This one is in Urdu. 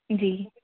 جی